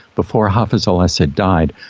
before hafez al-assad died,